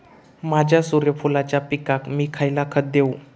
माझ्या सूर्यफुलाच्या पिकाक मी खयला खत देवू?